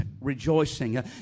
rejoicing